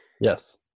Yes